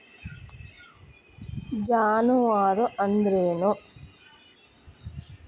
ಜಾನುವಾರು ಅಂದ್ರೇನು?